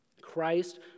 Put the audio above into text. Christ